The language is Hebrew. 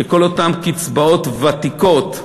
שכל אותן קצבאות ותיקות,